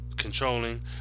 controlling